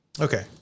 Okay